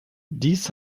dies